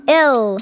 ill